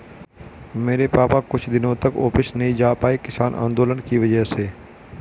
मेरे पापा कुछ दिनों तक ऑफिस नहीं जा पाए किसान आंदोलन की वजह से